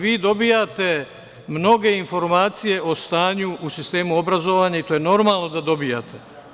Vi dobijate mnoge informacije o stanju u sistemu obrazovanja i to je normalno da dobijate.